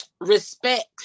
respect